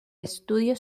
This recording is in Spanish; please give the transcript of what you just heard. estudio